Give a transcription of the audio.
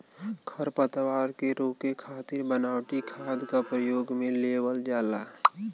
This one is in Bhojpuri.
खरपतवार के रोके खातिर बनावटी खाद क परयोग में लेवल जाला